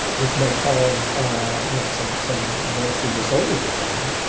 which might cause ah you know some some nasty disorder for someone,